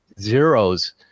zeros